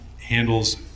handles